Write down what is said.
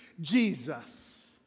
Jesus